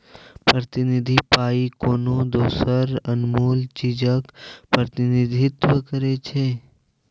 प्रतिनिधि पाइ कोनो दोसर अनमोल चीजक प्रतिनिधित्व करै छै